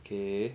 okay